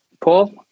Paul